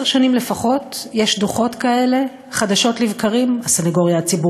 שלנו אמורה להימדד דווקא ביחס אליהם, תודה רבה.